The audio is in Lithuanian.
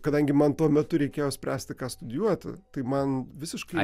kadangi man tuo metu reikėjo spręsti ką studijuoti tai man visiškai